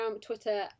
Twitter